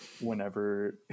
whenever